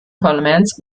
parlaments